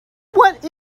what